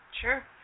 Sure